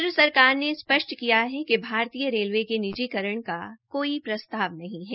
केन्द्र सरकार ने स्प्ष्ट किया है कि भारतीय रेलवे के निजीकरण का कोई प्रस्ताव नहीं है